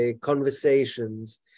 conversations